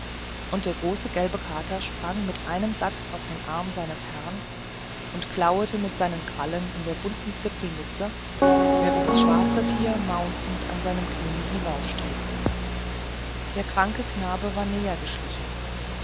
und der große gelbe kater sprang mit einem satz auf den arm seines herrn und kauerte mit seinen krallen in der bunten zipfelmütze während das schwarze tier an seinen knieen hinaufstrebte der kranke knabe war näher geschlichen